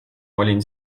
olin